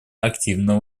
активное